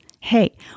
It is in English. Hey